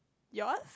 yours